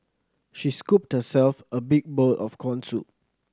she scooped herself a big bowl of corn soup